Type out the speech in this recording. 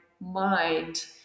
mind